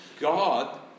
God